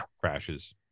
crashes